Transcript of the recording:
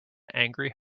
angry